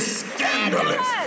scandalous